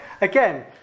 again